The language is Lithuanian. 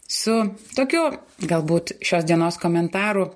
su tokiu galbūt šios dienos komentarų